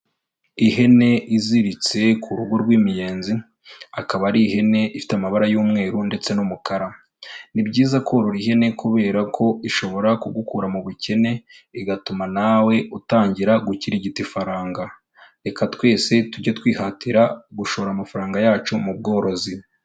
Ihene iziritse ku rugo rw'imiyenzi, akaba ari ihene ifite amabara y'umweru ndetse n'umukara, ni byiza korora ihene kubera ko ishobora kugukura mu bukene, bigatuma nawe utangira gukirigita ifaranga, reka twese tujye twihatira gushora amafaranga yacu mu bworozi.